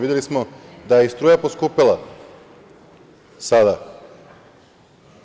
Videli smo da je struja poskupela sada.